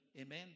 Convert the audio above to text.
amen